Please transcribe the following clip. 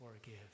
forgive